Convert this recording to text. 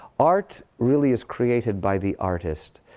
art really is created by the artist.